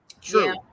True